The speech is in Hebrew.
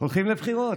הולכים לבחירות.